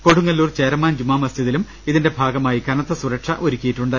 കൊടുങ്ങല്ലൂർ ചേരമാൻ ജുമാ മസ്ജിദിലും ഇതിന്റെ ഭാഗമായി കനത്ത സുരക്ഷ ഒരുക്കിയിട്ടുണ്ട്